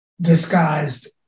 disguised